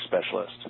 specialist